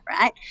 right